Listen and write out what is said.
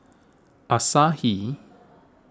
Asahi